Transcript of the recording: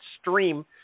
stream